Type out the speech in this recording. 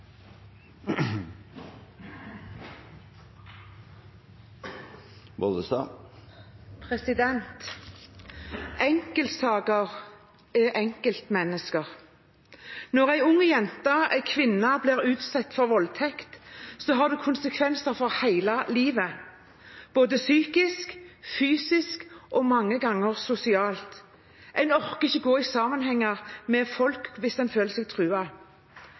enkeltmennesker. Når en ung jente, en kvinne, blir utsatt for voldtekt, har det konsekvenser for hele livet, både psykisk, fysisk og mange ganger sosialt – de orker ikke å være i sammenhenger med folk hvis de føler seg